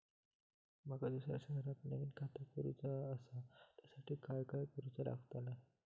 माका दुसऱ्या शहरात नवीन खाता तयार करूचा असा त्याच्यासाठी काय काय करू चा लागात?